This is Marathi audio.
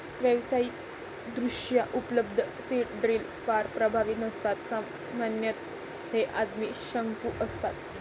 व्यावसायिकदृष्ट्या उपलब्ध सीड ड्रिल फार प्रभावी नसतात सामान्यतः हे आदिम शंकू असतात